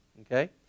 okay